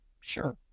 Sure